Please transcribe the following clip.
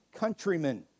countrymen